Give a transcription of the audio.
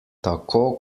tako